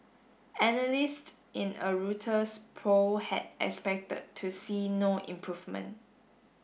analyst in a Reuters poll had expected to see no improvement